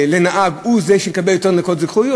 לנהג הוא זה שיקבל יותר נקודות זיכוי,